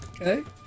Okay